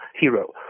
hero